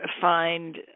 find